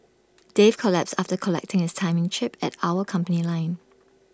Dave collapsed after collecting his timing chip at our company line